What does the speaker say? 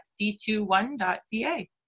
c21.ca